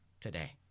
today